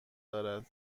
دارد